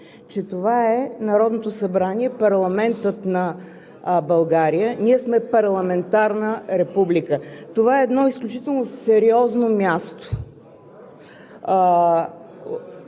че това е Народното събрание – парламентът на България, ние сме парламентарна република. Това е едно изключително сериозно място.